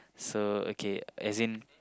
so okay as in